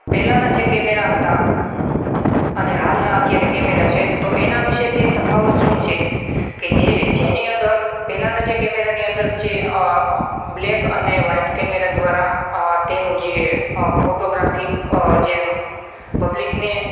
પહેલાંના જે કેમેરા હતા અને હાલનાં અત્યારે કેમેરા છે તો એના વિષે બે તફાવત શું છે કે જે જેની અંદર પહેલાંના જે કેમેરાની અંદર જે અ બ્લૅક અને વ્હાઈટ કેમેરા દ્વારા તેનું જે અ ફોટોગ્રાફિક અ જે પબ્લિકને